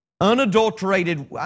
unadulterated